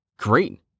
Great